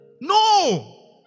No